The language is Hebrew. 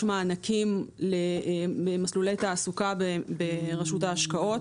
יש מענקים למסלולי תעסוקה ברשות ההשקעות,